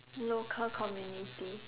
local community